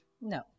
No